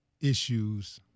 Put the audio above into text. issues